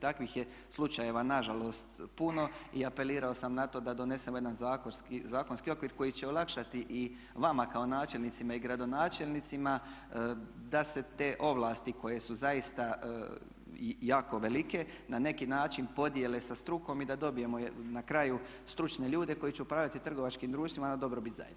Takvih je slučajeva nažalost puno i apelirao sam na to da donesemo jedan zakonski okvir koji će olakšati i vama kao načelnicima i gradonačelnicima da se te ovlasti koje su zaista jako velike na neki način podijele sa strukom i da dobijemo na kraju stručne ljudi koji će upravljati trgovačkim društvima na dobrobit zajednice.